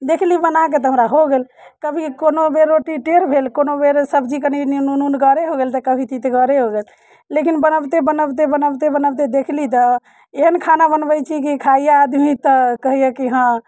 देखली बनाके तऽ हमरा हो गेल कभी कोनो बेर रोटी टेढ़ भेल कोनो बेर सब्जी कनि नुनगरे हो गेल तऽ कभी तितगरे हो गेल लेकिन बनबते बनबते बनबते बनबते देखली तऽ एहन खाना बनबैत छी कि खाइया आदमी तऽ कहैया कि हँ